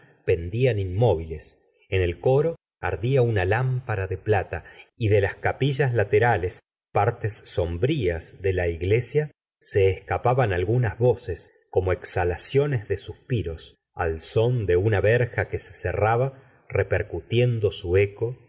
pendían inmóviles en el coro ardia una lámpara de plata y de las capillas laterales partes sombrias de la iglesia se escapaban algunas veces como exhalaciones de suspiros al son de una verja que se cerraba repercutiendo su eco